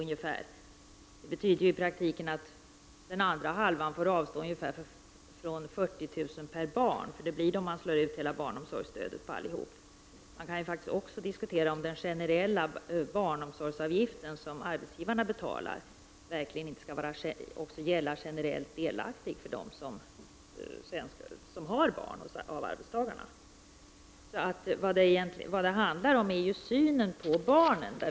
Det betyder i praktiken att den andra hälften av barnfamiljerna får avstå från ungefär 40000 per barn. Det blir sådana summor om man slår ut hela barnomsorgsstödet på alla. Man kan diskutera om den generella barnomsorgsavgiften som arbetsgivarna betalar verkligen inte skall gälla generellt för de av arbetstagarna som har barn. Det handlar om synen på barnen.